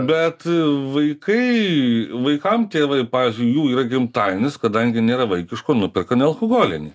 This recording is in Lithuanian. bet vaikai vaikam tėvai pavyzdžiui jų yra gimtadienis kadangi nėra vaikiško nuperka nealkoholinį